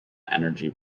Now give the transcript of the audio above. energy